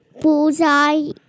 Bullseye